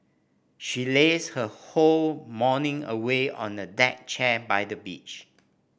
she lazed her whole morning away on a deck chair by the beach